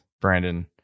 brandon